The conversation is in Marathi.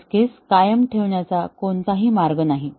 टेस्ट केस कायम ठेवण्याचा कोणताही मार्ग नाही